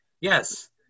Yes